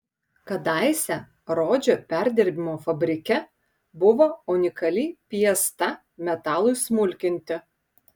kadaise rodžio perdirbimo fabrike buvo unikali piesta metalui smulkinti